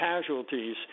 casualties